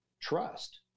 trust